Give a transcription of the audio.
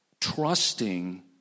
Trusting